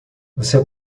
você